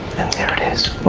and there it is.